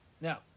Now